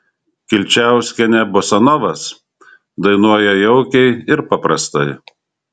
kilčiauskienė bosanovas dainuoja jaukiai ir paprastai